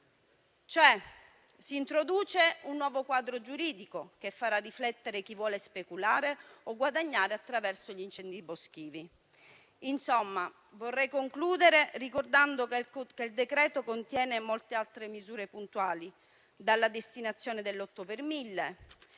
Si introduce quindi un nuovo quadro giuridico che farà riflettere chi vuole speculare o guadagnare attraverso gli incendi boschivi. Vorrei concludere ricordando che il decreto-legge contiene molte altre misure puntuali; dalla destinazione dell'8 per mille